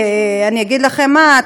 אני אגיד לכם מה,